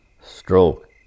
stroke